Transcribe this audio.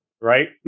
right